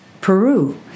Peru